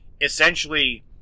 essentially